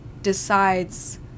decides